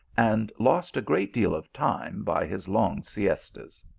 and lost a great deal of time by his long siestas.